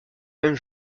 même